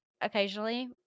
Occasionally